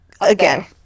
again